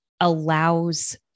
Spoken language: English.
allows